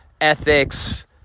ethics